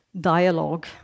dialogue